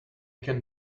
can